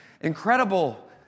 incredible